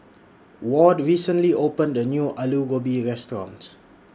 Ward recently opened A New Alu Gobi Restaurant